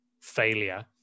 failure